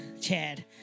Chad